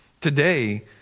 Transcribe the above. today